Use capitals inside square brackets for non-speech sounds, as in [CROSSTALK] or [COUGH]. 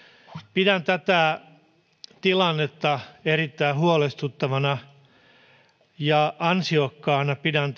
pidän tätä tilannetta erittäin huolestuttavana ja ansiokkaana pidän [UNINTELLIGIBLE]